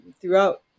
throughout